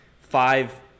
five